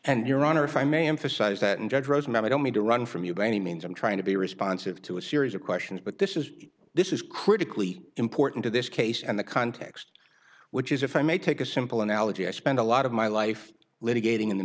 and your honor if i may emphasize that and judge rosemary i don't mean to run from you by any means i'm trying to be responsive to a series of questions but this is this is critically important to this case and the context which is if i may take a simple analogy i spend a lot of my life litigating in the